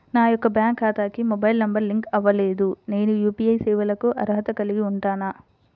నా యొక్క బ్యాంక్ ఖాతాకి మొబైల్ నంబర్ లింక్ అవ్వలేదు నేను యూ.పీ.ఐ సేవలకు అర్హత కలిగి ఉంటానా?